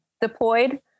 deployed